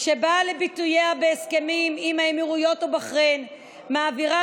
שבאה לביטויה בהסכמים עם האמירויות ובחריין מעבירה